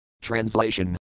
Translation